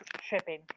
shipping